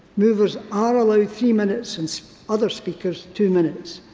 movers are allowed three minutes and so other speakers two minutes.